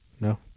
No